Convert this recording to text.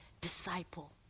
disciple